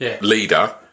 leader